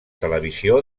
televisió